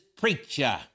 preacher